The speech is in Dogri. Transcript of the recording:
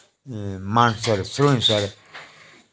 मानसर सुरिंसर